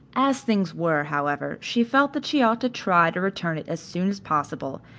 as things were, however, she felt that she ought to try to return it as soon as possible,